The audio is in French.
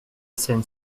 scène